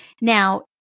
Now